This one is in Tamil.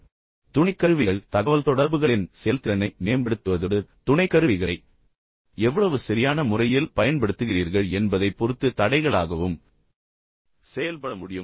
பதில் என்னவென்றால் துணைக்கருவிகள் தகவல்தொடர்புகளின் செயல்திறனை மேம்படுத்துவதோடு நீங்கள் துணைக்கருவிகளை எவ்வளவு சரியான முறையில் பயன்படுத்துகிறீர்கள் என்பதைப் பொறுத்து தடைகளாகவும் செயல்பட முடியும்